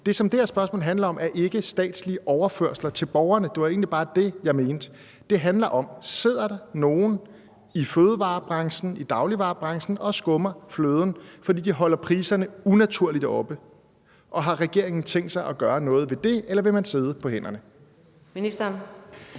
Det, som det her spørgsmål handler om, er ikke statslige overførsler til borgerne – det var egentlig bare det, jeg mente. Det handler om: Sidder der nogle i fødevarebranchen, i dagligvarebranchen og skummer fløden, fordi de holder priserne unaturligt oppe? Og har regeringen tænkt sig at gøre noget ved det, eller vil man sidde på hænderne? Kl.